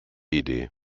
idee